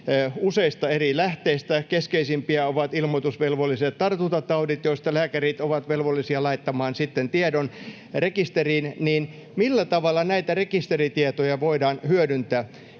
useista eri lähteistä — keskeisimpiä ovat ilmoitukseen velvoittavat tartuntataudit, joista lääkärit ovat velvollisia laittamaan sitten tiedon rekisteriin — niin millä tavalla näitä rekisteritietoja voidaan hyödyntää.